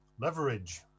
leverage